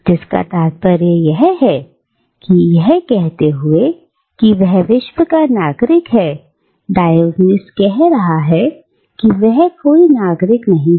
जिसका तात्पर्य यह है कि यह कहते हुए कहते हुए कहते हुए कि वह विश्व का नागरिक है डायोजनीज कह रहा है कि वह कोई नागरिक नहीं है